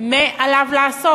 מה עליו לעשות.